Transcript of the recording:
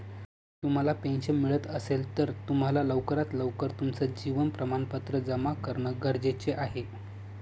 तुम्हाला पेन्शन मिळत असेल, तर तुम्हाला लवकरात लवकर तुमचं जीवन प्रमाणपत्र जमा करणं गरजेचे आहे